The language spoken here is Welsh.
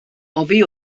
oddi